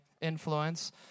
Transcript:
influence